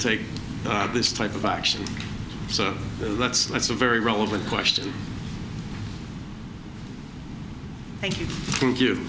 take this type of action so that's that's a very relevant question thank you thank you